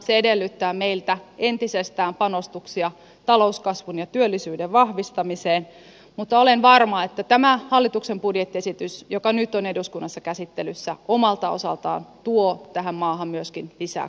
se edellyttää meiltä entisestään panostuksia talouskasvun ja työllisyyden vahvistamiseen mutta olen varma että tämä hallituksen budjettiesitys joka nyt on eduskunnassa käsittelyssä omalta osaltaan tuo tähän maahan myöskin lisää kasvun eväitä